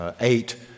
eight